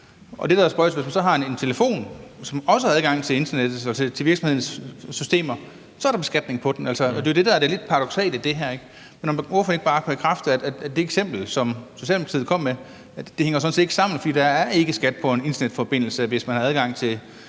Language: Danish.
Det, der er spøjst, er, at hvis man så har en telefon, som også har adgang til internettet og til virksomhedens systemer, er der beskatning på den. Det er jo det, der er det lidt paradoksale i det her, ikke? Vil ordføreren ikke bare bekræfte, at med det eksempel, som Socialdemokratiet kom med, hænger det sådan ikke sammen, for der er ikke skat på en internetforbindelse, hvis man har adgang til